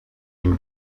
nim